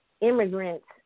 immigrants